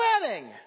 wedding